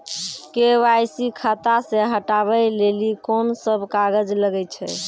KYC खाता से हटाबै लेली कोंन सब कागज लगे छै?